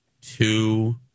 Two